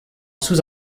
sous